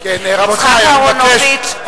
יצחק אהרונוביץ,